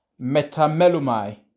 metamelumai